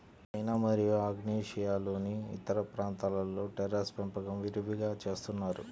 China మరియు ఆగ్నేయాసియాలోని ఇతర ప్రాంతాలలో టెర్రేస్ పెంపకం విరివిగా చేస్తున్నారు